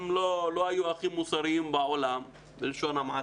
הם לא היו הכי מוסריים בעולם, בלשון המעטה.